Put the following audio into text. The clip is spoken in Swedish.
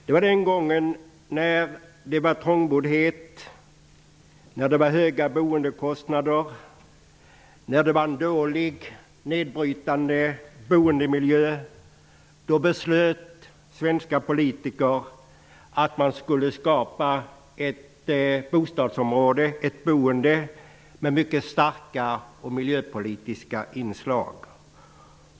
Då, när det rådde trångboddhet, bostadskostnaderna var höga och boendemiljön var dålig och nedbrytande, beslöt svenska politiker att man skulle skapa ett boende med starkt miljöpolitiska inslag.